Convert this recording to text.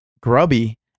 grubby